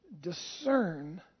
discern